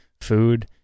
food